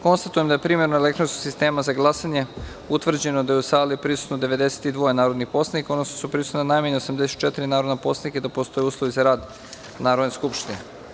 Konstatujem da je, primenom elektronskog sistema za glasanje, utvrđeno da je u sali prisutno 92 narodna poslanika, odnosno da su prisutna najmanje 84 narodna poslanika i da postoje uslovi zarad Narodne skupštine.